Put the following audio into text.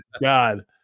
god